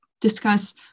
discuss